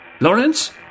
Lawrence